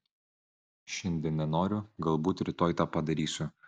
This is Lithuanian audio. šiandien nenoriu galbūt rytoj tą padarysiu